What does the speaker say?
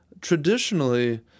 Traditionally